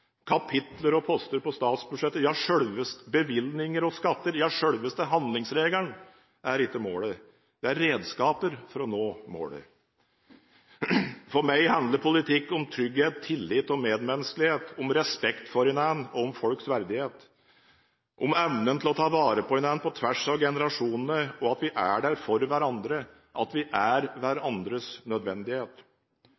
Kapitler og poster på statsbudsjettet, bevilgninger og skatter – ja, selveste handlingsregelen – er ikke målet. Det er redskaper for å nå målet. For meg handler politikk om trygghet, tillit og medmenneskelighet – om respekt for hverandre og om folks verdighet, om evnen til å ta vare på hverandre på tvers av generasjonene og at vi er der for hverandre – at vi er